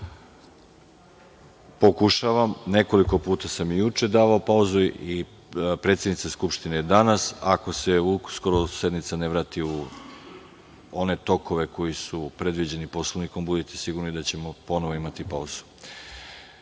Pokušavam, nekoliko puta sam i juče davao pauzu i predsednica Skupštine je danas. Ako se sednica uskoro ne vrati u one tokove koji su predviđeni Poslovnikom, budite sigurni da ćemo ponovo imati pauzu. Pravo